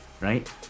right